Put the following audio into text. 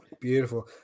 beautiful